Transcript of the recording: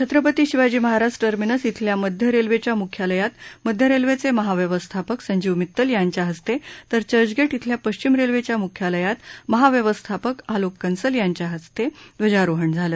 Chhatrapati Shivaji Maharaj terminus इथल्या मध्य रेल्वेच्या मुख्यालयात मध्य रेल्वेचे महाव्यवस्थापक संजीव मित्तल यांच्या हस्ते तर चर्चगेट इथल्या पश्वीम रेल्वेच्या मुख्यालयात महाव्यवस्थापक आलोक कन्सल यांच्या हस्ते ध्वजारोहरण झाला